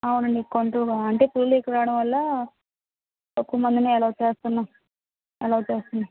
అవునండి కొంతుం అంటే పులులెక్కువ రావడంవల్ల ఎక్కువ మందినే అలో చేస్తున్నాం అలో చేస్తున్నాం